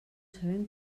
sabem